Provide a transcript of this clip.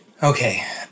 Okay